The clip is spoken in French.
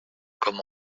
comme